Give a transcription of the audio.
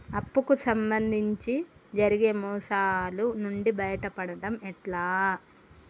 అప్పు కు సంబంధించి జరిగే మోసాలు నుండి బయటపడడం ఎట్లా?